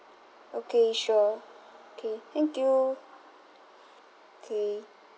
okay sure K thank you K